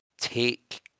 take